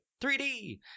3D